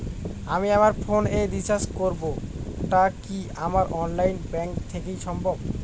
আমি আমার ফোন এ রিচার্জ করব টা কি আমার অনলাইন ব্যাংক থেকেই সম্ভব?